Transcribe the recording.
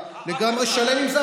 לגמרי שלם עם זה,